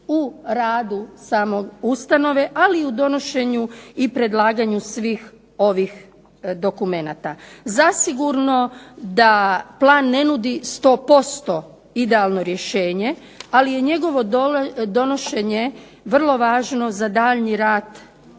u radu same ustanove ali i u donošenju i predlaganju svih ovih dokumenata. Zasigurno da plan ne nudi sto posto idealno rješenje ali je njegovo donošenje vrlo važno za daljnji rad